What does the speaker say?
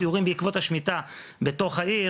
סיורים בעקבות השמיטה בתוך העיר,